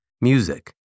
music